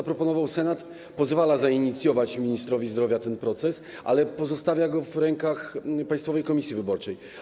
To, co zaproponował Senat, pozwala zainicjować ministrowi zdrowia ten proces, ale pozostawia go w rękach Państwowej Komisji Wyborczej.